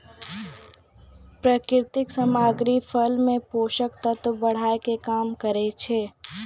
प्राकृतिक सामग्री फसल मे पोषक तत्व बढ़ाय में काम करै छै